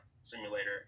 Simulator